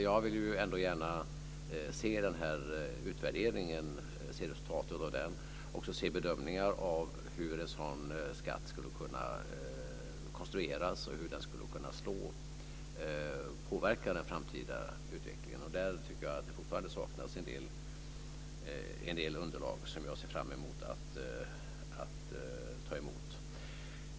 Jag vill ändå gärna se resultatet av den här utvärderingen och se bedömningar av hur en sådan skatt skulle kunna konstrueras och påverka den framtida utvecklingen. Där tycker jag att det fortfarande saknas en del underlag, som jag ser fram mot att ta emot.